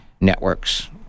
networks